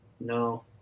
no